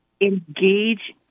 engage